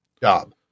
job